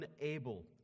unable